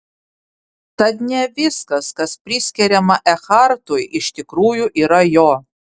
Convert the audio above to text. tad ne viskas kas priskiriama ekhartui iš tikrųjų yra jo